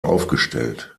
aufgestellt